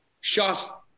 shot